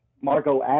Margot